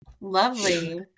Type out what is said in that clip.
Lovely